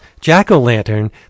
Jack-O-Lantern